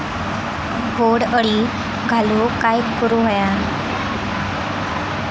बोंड अळी घालवूक काय करू व्हया?